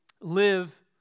live